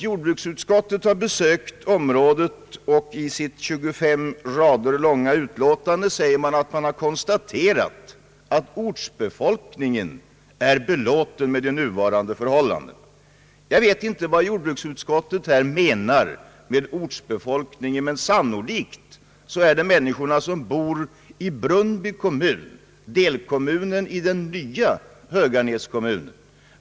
Jordbruksutskottet har besökt området. I sitt 25 rader långa utlåtande säger man, att man konstaterat att ortsbefolkningen är belåten med de nuvarande förhållandena. Jag vet inte vad jordbruksutskottet här menar med »ortsbefolkningen», men sannolikt är det människorna i Brunnby kommun, delkommunen i den nya Höganäs kommun.